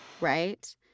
right